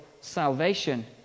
salvation